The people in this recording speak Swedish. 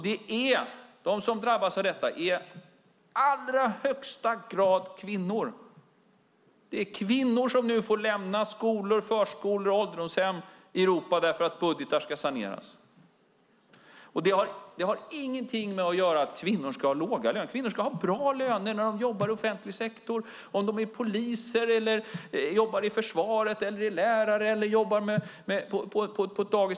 De som drabbas av detta är i allra högsta grad kvinnor. Det är kvinnor som nu får lämna skolor, förskolor och ålderdomshem i Europa därför att budgetar ska saneras. Det har ingenting att göra med att kvinnor ska ha låga löner. Kvinnor ska ha bra löner när de jobbar i offentlig sektor, om de är poliser, jobbar i försvaret, är lärare eller jobbar på ett dagis.